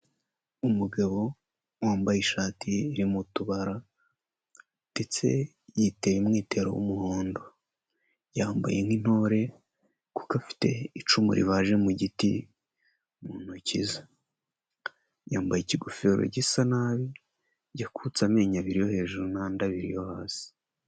Umugabo wambaye ishati irimo utubara ndetse yiteye umwitero w'umuhondo, yambaye nk'intore kuko afite icumu ribaje mu giti mu ntoki ze, yambaye ikigofero gisa nabi, yakutse amenyo abiri yo hejuru n'andi abiri yo hasi.